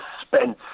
suspense